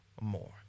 more